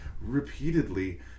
repeatedly